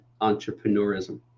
entrepreneurism